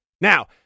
Now